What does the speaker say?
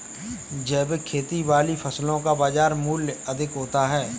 जैविक खेती वाली फसलों का बाजार मूल्य अधिक होता है